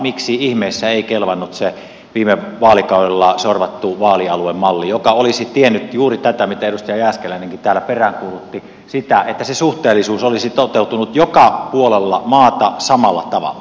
miksi ihmeessä ei kelvannut se viime vaalikaudella sorvattu vaalialuemalli joka olisi tiennyt juuri tätä mitä edustaja jääskeläinenkin täällä peräänkuulutti sitä että se suhteellisuus olisi toteutunut joka puolella maata samalla tavalla